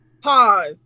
Pause